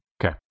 Okay